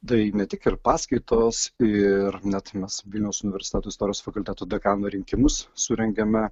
tai ne tik ir paskaitos ir net mes vilniaus universiteto istorijos fakulteto dekano rinkimus surengėme